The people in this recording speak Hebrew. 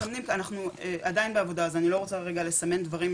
אנחנו עדיין בעבודה אז אני לא רוצה רגע לסמן דברים,